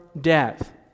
death